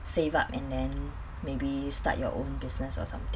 save up and then maybe start your own business or something